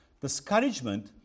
Discouragement